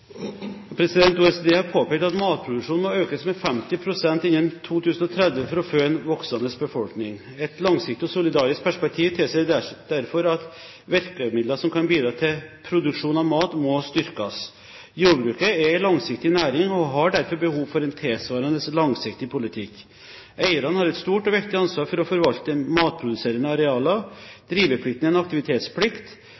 OECD har påpekt at matproduksjonen må økes med 50 pst. innen 2030 for å fø en voksende befolkning. Et langsiktig og solidarisk perspektiv tilsier derfor at virkemidler som kan bidra til produksjon av mat, må styrkes. Jordbruket er en langsiktig næring og har derfor behov for en tilsvarende langsiktig politikk. Eierne har et stort og viktig ansvar for å forvalte matproduserende